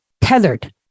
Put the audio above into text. tethered